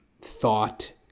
thought